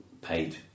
paid